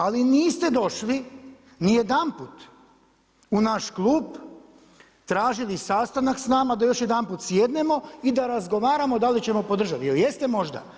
Ali niste došli nijedanput u naš klub, tražili sastanak s nama da još jedanput sjednemo i da razgovaramo da li ćemo podržati, jel' jeste možda?